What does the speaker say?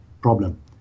problem